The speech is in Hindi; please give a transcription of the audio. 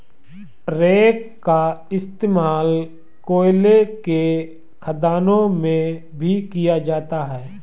रेक का इश्तेमाल कोयले के खदानों में भी किया जाता है